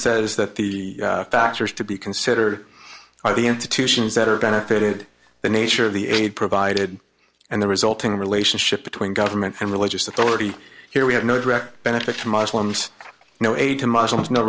says that the factors to be considered are the institutions that are benefited the nature of the aid provided and the resulting relationship between government and religious authority here we have no direct benefit to muslims no aid to muslims no